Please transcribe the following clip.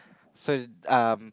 so um